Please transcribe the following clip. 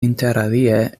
interalie